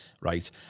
right